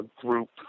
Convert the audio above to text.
group